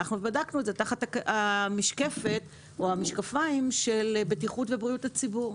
בדקנו את זה תחת המשקפיים של בטיחות ובריאות הציבור.